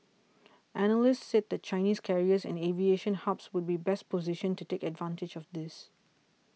analysts said that Chinese carriers and aviation hubs would be best positioned to take advantage of this